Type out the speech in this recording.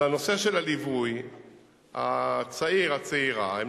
את התרופות האלה בצורה מסובסדת.